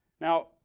Now